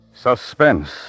Suspense